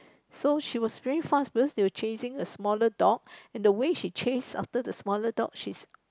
so she was very fast because she'll chasing the smaller dog and the way she chases after the smaller dog she's